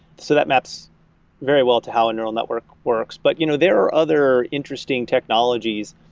so that maps very well to how a neural network works but you know there are other interesting technologies,